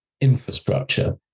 infrastructure